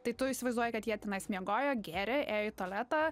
tai tu įsivaizduoji kad jie tenais miegojo gėrė ėjo į tualetą